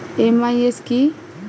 MIS কি?